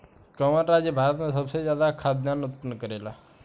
कवन राज्य भारत में सबसे ज्यादा खाद्यान उत्पन्न करेला?